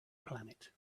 planet